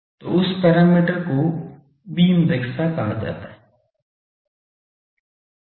तो उस पैरामीटर को बीम दक्षता कहा जाता है